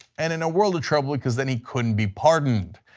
and in a world of trouble, because then he couldn't be pardoned.